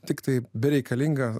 tiktai bereikalinga